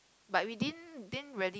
but we didn't didn't really